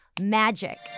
magic